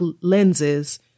lenses